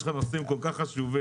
יש לך נושאים כל כך חשובים.